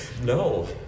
No